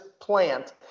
plant